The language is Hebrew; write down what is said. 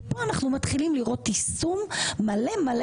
וכאן אנחנו מתחילים לראות יישום מלא מלא